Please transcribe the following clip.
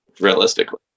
realistically